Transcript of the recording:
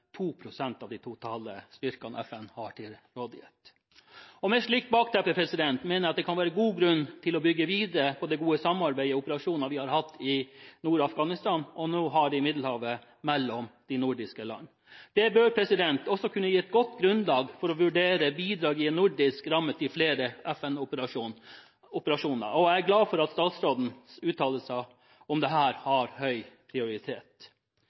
av de totale styrkene FN har til rådighet. Med et slikt bakteppe mener jeg at det kan være god grunn til å bygge videre på det gode samarbeidet – operasjoner vi har hatt i Nord-Afghanistan, og nå har i Middelhavet – mellom de nordiske land. Det bør også kunne gi et godt grunnlag for å vurdere bidrag i en nordisk ramme til flere FN-operasjoner, og jeg er glad for statsrådens uttalelser om at dette har høy prioritet.